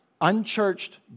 unchurched